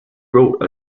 wrote